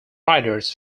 riders